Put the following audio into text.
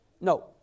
No